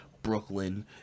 brooklyn